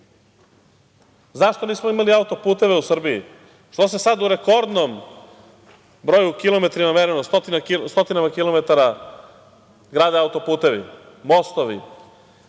to.Zašto nismo imali autoputeve u Srbiji? Što se sada u rekordnom broju, u kilometrima mereno, stotinama kilometara, grade autoputevi, mostovi?